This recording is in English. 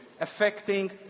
affecting